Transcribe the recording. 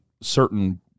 certain